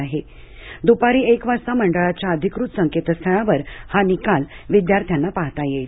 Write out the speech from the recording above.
आज दुपारी एक वाजता मंडळाच्या अधिकृत संकेस्थळावर हा निकाल विद्यार्थ्यांना पाहता येणार आहे